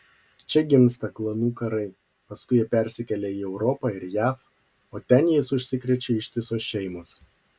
čia gimsta klanų karai paskui jie persikelia į europą ir jav o ten jais užsikrečia ištisos šeimos